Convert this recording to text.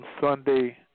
Sunday